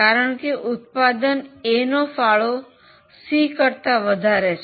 કારણ કે ઉત્પાદન એનો ફાળો સી કરતા વધારે છે